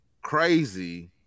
crazy